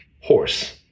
horse